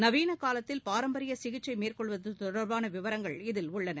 நவீன காலத்தில் பாரம்பரிய சிகிச்சை மேற்கொள்வது தொடர்பான விவரங்கள் இதில் உள்ளன